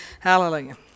Hallelujah